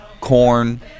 corn